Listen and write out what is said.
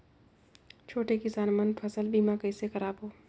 छोटे किसान मन फसल बीमा कइसे कराबो?